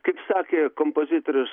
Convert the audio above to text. kaip sakė kompozitorius